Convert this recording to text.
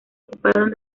ocuparon